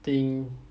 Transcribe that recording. thing